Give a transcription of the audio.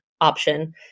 option